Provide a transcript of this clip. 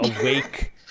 awake